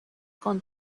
con